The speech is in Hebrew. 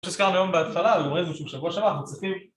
זה שהזכרנו היום בהתחלה, זה אומר איזה משהו שבוע שעבר, אנחנו צריכים...